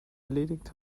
erledigt